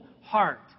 heart